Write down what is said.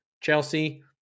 Chelsea